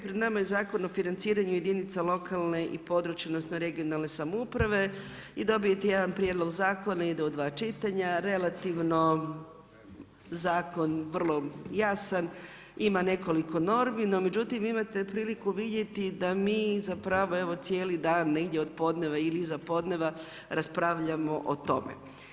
Pred nama je Zakon o financiraju jedinica lokalne i područne samouprave i dobijete jedan prijedlog zakona ide u sva čitanja, relativno zakon vrlo jasan, ima nekoliko normi no međutim imate priliku vidjeti da mi zapravo cijeli dan negdje od podneva ili iza podneva raspravljamo o tome.